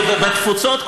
זה בתפוצות כולן.